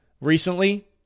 recently